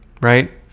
right